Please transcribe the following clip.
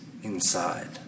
Inside